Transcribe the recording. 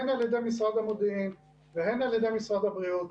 הן על ידי משרד המודיעין והן על ידי משרד הבריאות,